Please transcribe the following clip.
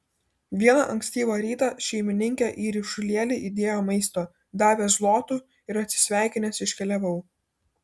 vieną ankstyvą rytą šeimininkė į ryšulėlį įdėjo maisto davė zlotų ir atsisveikinęs iškeliavau